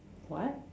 what